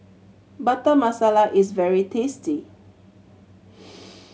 Butter Masala is very tasty